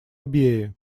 абьее